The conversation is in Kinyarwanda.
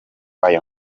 aya